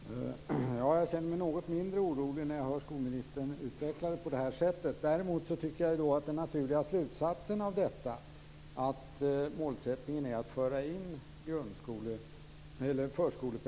Herr talman! Jag känner mig något mindre orolig när jag hör skolministern utveckla förslagen på detta sätt. Målsättningen är att föra in förskolepedagogiken i grundskolan.